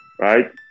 Right